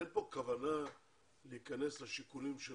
אין פה כוונה להיכנס לשיקולים של